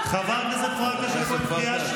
זאת בדיוק, לא הבנת?